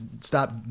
stop